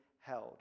held